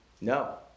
No